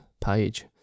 page